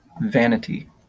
vanity